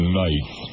nights